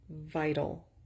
vital